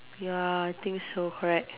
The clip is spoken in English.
ya I think so correct